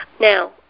Now